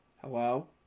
Hello